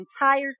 entire